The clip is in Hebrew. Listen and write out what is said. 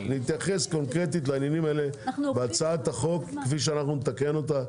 נתייחס קונקרטית לעניינים האלה בהצעת החוק כפי שאנחנו נתקן אותה.